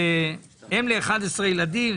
אם ל-11 ילדים,